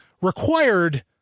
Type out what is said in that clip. required